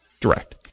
direct